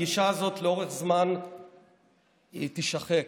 הגישה הזאת, לאורך זמן היא תישחק.